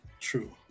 True